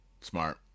Smart